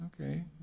Okay